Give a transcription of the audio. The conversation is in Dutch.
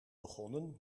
begonnen